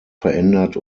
verändert